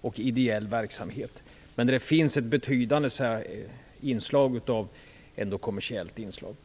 och ideell verksamhet, men där det ändå finns ett betydande kommersiellt inslag.